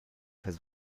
his